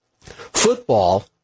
football